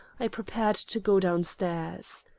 i prepared to go down stairs.